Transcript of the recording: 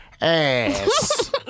ass